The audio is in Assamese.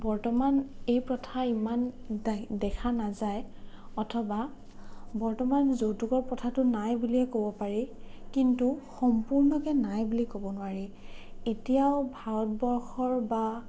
বৰ্তমান এই প্ৰথা ইমান দেখা নাযায় অথবা বৰ্তমান যৌতুকৰ প্ৰথাটো নাই বুলিয়ে ক'ব পাৰি কিন্তু সম্পূৰ্ণকে নাই বুলি ক'ব নোৱাৰি এতিয়াও ভাৰতবৰ্ষৰ বা